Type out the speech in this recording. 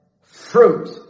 fruit